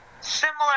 similar